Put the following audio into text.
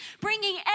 bringing